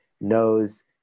knows